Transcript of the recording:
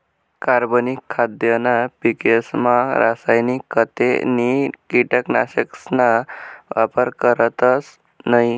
कार्बनिक खाद्यना पिकेसमा रासायनिक खते नी कीटकनाशकसना वापर करतस नयी